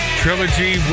trilogy